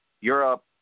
Europe